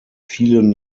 vielen